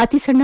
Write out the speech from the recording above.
ಅತಿಸಣ್ಣ